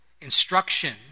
instruction